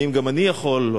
האם גם אני יכול,